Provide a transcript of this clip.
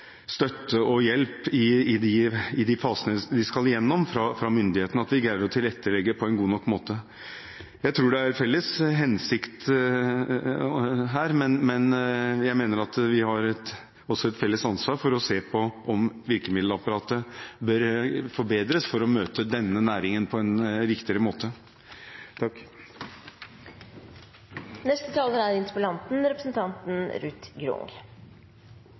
støtte og hjelp fra myndighetene i de fasene de skal gjennom, at vi greier å tilrettelegge på en god nok måte. Jeg tror det er felles hensikt her, men jeg mener at vi også har et felles ansvar for å se på om virkemiddelapparatet bør forbedres for å møte denne næringen på en riktigere måte. Jeg konstaterer at det er